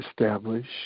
establish